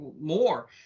more